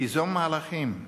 תיזום מהלכים.